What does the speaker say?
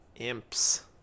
Imps